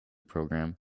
program